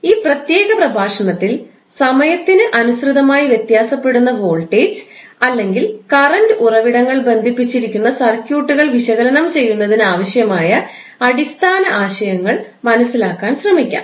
ഈ പ്രത്യേക പ്രഭാഷണത്തിൽ സമയത്തിന് അനുസൃതമായി വ്യത്യാസപ്പെടുന്ന വോൾട്ടേജ് അല്ലെങ്കിൽ കറൻറ് ഉറവിടങ്ങൾ ബന്ധിപ്പിച്ചിരിക്കുന്ന സർക്യൂട്ടുകൾ വിശകലനം ചെയ്യുന്നതിന് ആവശ്യമായ അടിസ്ഥാന ആശയങ്ങൾ മനസ്സിലാക്കാൻ ശ്രമിക്കാം